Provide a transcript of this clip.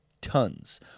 tons